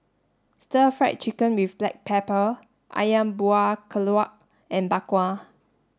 stir fry chicken with black pepper Ayam Buah Keluak and Bak Kwa